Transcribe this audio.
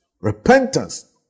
Repentance